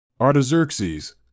Artaxerxes